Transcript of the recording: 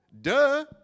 duh